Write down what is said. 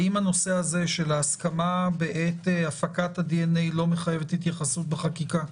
האם הנושא הזה של ההסכמה בעת הפקת הדנ"א לא מחייבת התייחסות בחקיקה?